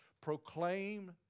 proclaim